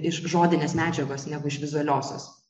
iš žodinės medžiagos negu iš vizualiosios